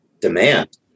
demand